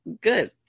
Good